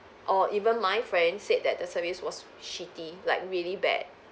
or even my friend said that the service was shitty like really bad